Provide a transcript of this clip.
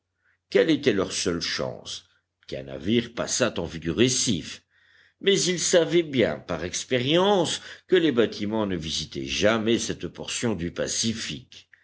quelle était leur seule chance qu'un navire passât en vue du récif mais ils savaient bien par expérience que les bâtiments ne visitaient jamais cette portion du pacifique